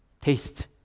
Taste